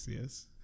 yes